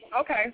Okay